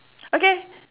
okay